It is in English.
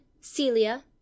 celia